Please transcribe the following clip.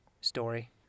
story